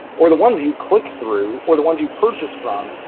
or the ones you click through, or the ones you purchase from,